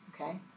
Okay